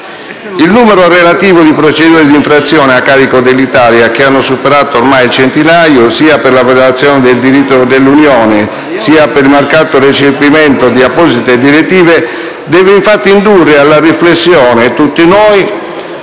Il numero relativo di procedure di infrazione a carico dell'Italia, che hanno superato ormai il centinaio, sia per violazione del diritto dell'Unione sia per il mancato recepimento di apposite direttive, deve infatti indurre tutti noi